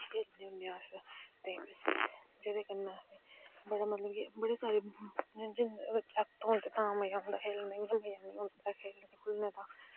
खेलने होन्ने अस ते जेह्दे कन्नै बड़ा मतलव कि बड़े सारे जागत होंदे तां मज़ा औंदा खेलनेंई इयां नेंई औंदा ऐ कोई मता